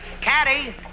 Caddy